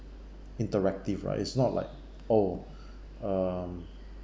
interactive right it's not like oh um